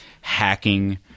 hacking